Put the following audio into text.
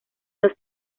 los